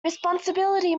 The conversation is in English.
responsibility